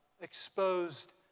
exposed